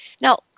Now